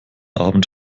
abend